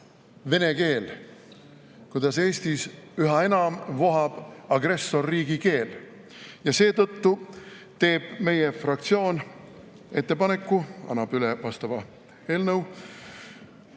vene keel, kuidas Eestis üha enam vohab agressorriigi keel. Seetõttu teeb meie fraktsioon ettepaneku ja annab üle eelnõu,